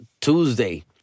Tuesday